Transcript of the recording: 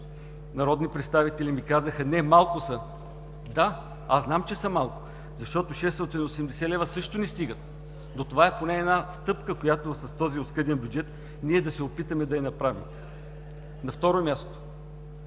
народни представители ми казаха: „Не, малко са.“ Да, аз знам, че са малко, защото 680 лв. също не стигат. Това обаче е поне една стъпка, която с този оскъден бюджет ще се опитаме да направим. На второ място,